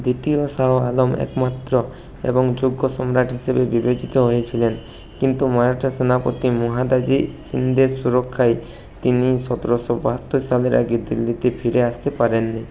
দ্বিতীয় শাহ আলম একমাত্র এবং যোগ্য সম্রাট হিসেবে বিবেচিত হয়েছিলেন কিন্তু মারাঠা সেনাপতি মহাদাজি শিন্ডের সুরক্ষায় তিনি সতেরোশো বাহাত্তর সালের আগে দিল্লিতে ফিরে আসতে পারেননি